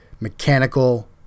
mechanical